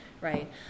right